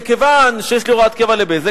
וכיוון שיש לי הוראת קבע ל"בזק",